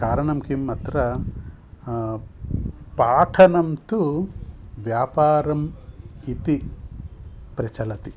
कारणं किं अत्र पाठनन्तु व्यापारं इति प्रचलति